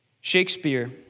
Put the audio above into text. Shakespeare